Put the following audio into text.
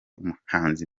umuhanzi